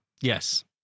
Yes